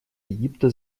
египта